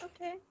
Okay